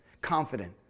Confident